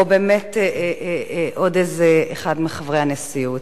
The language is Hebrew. או באמת עוד איזה אחד מחברי הנשיאות.